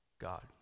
God